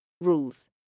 Rules